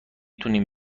تونیم